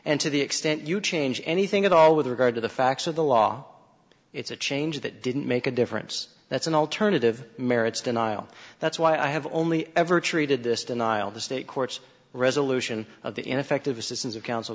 and to the extent you change anything at all with regard to the facts of the law it's a change that didn't make a difference that's an alternative merits denial that's why i have only ever treated this denial of the state courts resolution of the ineffective assistance of coun